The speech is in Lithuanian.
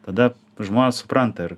tada žmonės supranta ir